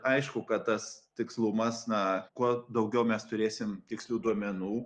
aišku kad tas tikslumas na kuo daugiau mes turėsim tikslių duomenų